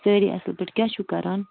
سٲری اَصٕل پٲٹھۍ کیٛاہ چھُو کران